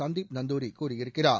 சந்தீப் நந்தூரி கூறியிருக்கிறார்